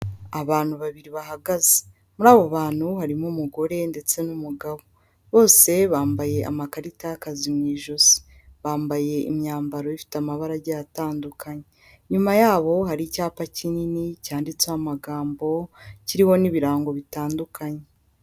Abantu babiri bahagaze muri abo bantu harimo umugore ndetse n'umugabo, bose bambaye amakarita y'akazi mu ijosi bambaye imyambaro ifite amabara agiye atandukanye, inyuma yabo hari icyapa kinini cyanditseho amagambo kiriho n'ibirango bitandukanye.